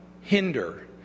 hinder